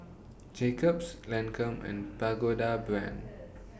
Jacob's Lancome and Pagoda Brand